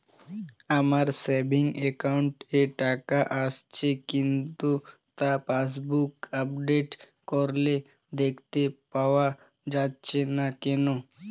আমার savings account এ টাকা আসছে কিন্তু তা পাসবুক আপডেট করলে দেখতে পাওয়া যাচ্ছে না কেন?